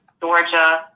Georgia